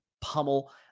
pummel